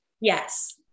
Yes